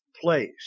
place